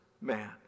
man